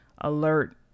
alert